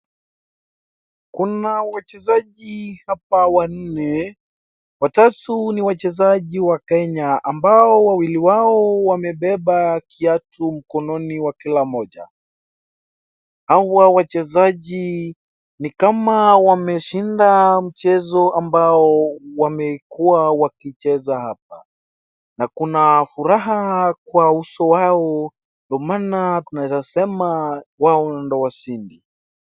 Kuna wachezaji hapa wanne, watatu ni wachezaji wa Kenya ambao wawili wao wamebeba kiatu mkononi wa kila mmoja. Hawa wachezaji ni kama wameshinda mchezo ambao wamekuwa wakicheza hapa. Na kuna furaha kwa uso wao, ndo maana tunaweza sema wao ndo washindi.